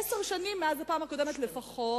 עשר שנים מאז הפעם הקודמת לפחות,